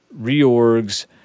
reorgs